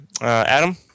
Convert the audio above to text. Adam